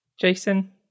Jason